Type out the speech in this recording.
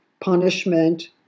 punishment